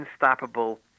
unstoppable